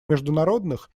международных